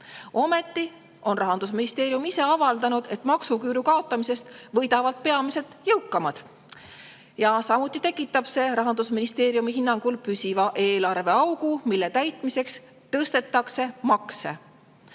Ometi on Rahandusministeerium ise avaldanud, et maksuküüru kaotamisest võidavad peamiselt jõukamad. Samuti tekitab see Rahandusministeeriumi hinnangul püsiva eelarveaugu, mille täitmiseks tõstetakse makse.